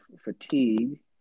fatigue